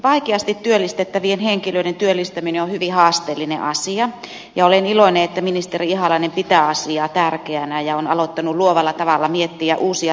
vaikeasti työllistettävien henkilöiden työllistäminen on hyvin haasteellinen asia ja olen iloinen että ministeri ihalainen pitää asiaa tärkeänä ja on alkanut luovalla tavalla miettiä uusia ratkaisuja